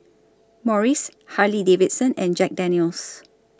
Morries Harley Davidson and Jack Daniel's